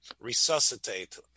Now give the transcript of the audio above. resuscitate